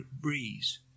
breeze